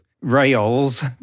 rails